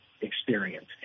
experience